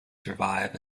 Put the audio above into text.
survive